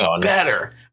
better